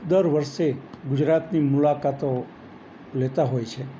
દર વર્ષે ગુજરાતની મુલાકાતો લેતા હોય છે